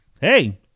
Hey